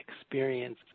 experience